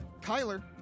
Kyler